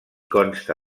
consta